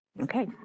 okay